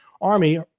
Army